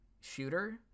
shooter